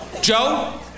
Joe